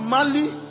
Mali